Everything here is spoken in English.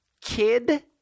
kid